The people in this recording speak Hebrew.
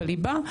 בליבה,